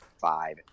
five